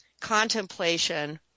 contemplation